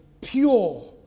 pure